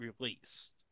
released